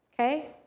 Okay